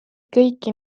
kõiki